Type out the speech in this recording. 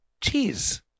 Jeez